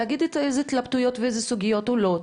להגיד איזה התלבטויות ואיזה סוגיות עולות.